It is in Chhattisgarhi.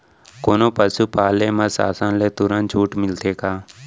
कोनो पसु पाले म शासन ले तुरंत छूट मिलथे का?